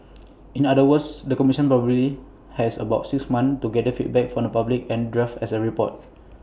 in other words the commission probably has about six months to gather feedback from the public and draft as A report